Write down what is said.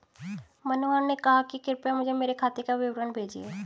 मनोहर ने कहा कि कृपया मुझें मेरे खाते का विवरण भेजिए